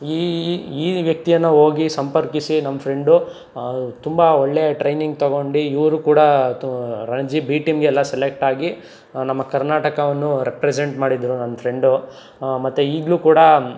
ಈ ಈ ವ್ಯಕ್ತಿಯನ್ನು ಹೋಗಿ ಸಂಪರ್ಕಿಸಿ ನಮ್ಮ ಫ್ರೆಂಡು ತುಂಬ ಒಳ್ಳೆಯ ಟ್ರೈನಿಂಗ್ ತಗೊಂಡು ಇವ್ರು ಕೂಡ ರಣಜಿ ಬಿ ಟೀಮಿಗೆಲ್ಲ ಸೆಲೆಕ್ಟ್ ಆಗಿ ನಮ್ಮ ಕರ್ನಾಟಕವನ್ನು ರೆಪ್ರೆಸೆಂಟ್ ಮಾಡಿದ್ದರು ನನ್ನ ಫ್ರೆಂಡು ಮತ್ತು ಈಗಲೂ ಕೂಡ